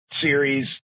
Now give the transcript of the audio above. series